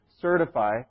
certify